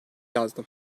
yazdım